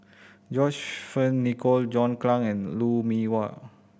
John Fearns Nicoll John Clang and Lou Mee Wah